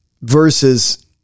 versus